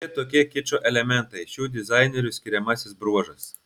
šiokie tokie kičo elementai šių dizainerių skiriamasis bruožas